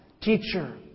teacher